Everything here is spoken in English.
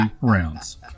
rounds